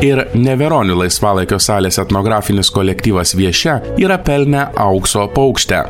ir neveronių laisvalaikio salės etnografinis kolektyvas viešia yra pelnę aukso paukštę